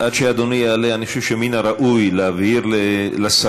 עד שאדוני יעלה, אני חושב שמן הראוי להבהיר לשרים,